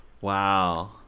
Wow